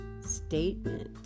statement